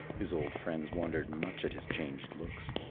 his old friends wondered much at his changed looks,